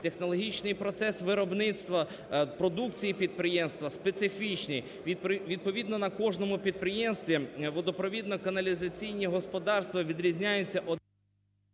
Технологічний процес виробництва продукції підприємства специфічні. Відповідно, на кожному підприємстві водопровідно-каналізаційні господарства відрізняться…